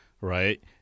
right